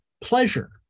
pleasure